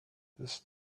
this